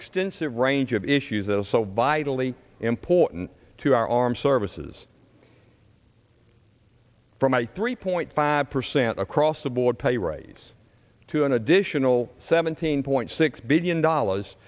extensive range of issues this obeid really important to our armed services from my three point five percent across the board pay raise to an additional seventeen point six billion dollars